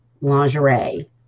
lingerie